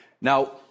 Now